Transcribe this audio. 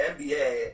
NBA